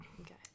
Okay